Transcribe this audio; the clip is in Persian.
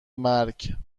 مرگ